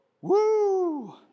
Woo